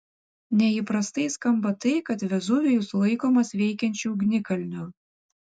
neįprastai skamba tai kad vezuvijus laikomas veikiančiu ugnikalniu